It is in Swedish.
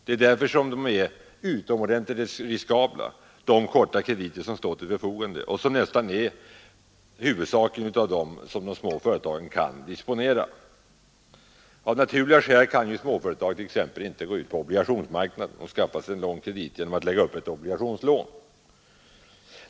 Dessa korta krediter är utomordentligt riskabla, och det är i huvudsak dem som de små företagen kan disponera. Av naturliga skäl kan ju inte småföretag t.ex. gå ut på obligationsmarknaden och skaffa sig långa krediter genom att lägga upp obligationslån.